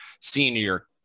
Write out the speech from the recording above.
senior